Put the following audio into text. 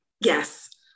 yes